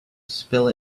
spill